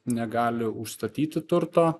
negali užstatyti turto